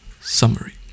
summary